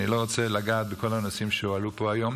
אני לא רוצה לגעת בכל הנושאים שהועלו פה היום,